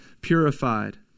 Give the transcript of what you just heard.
purified